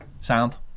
sound